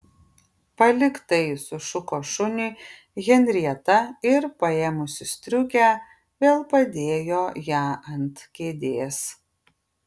palik tai sušuko šuniui henrieta ir paėmusi striukę vėl padėjo ją ant kėdės